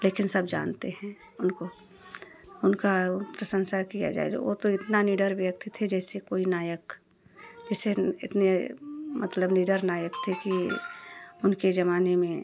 लेकिन सब जानते हैं उनको उनका प्रशंसा किया जाएगा वह तो इतना निडर व्यक्ति थे जैसे कोई नायक जैसे इतने मतलब निडर नायक थे कि उनके ज़माने में